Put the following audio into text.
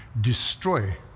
destroy